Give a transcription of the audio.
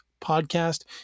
podcast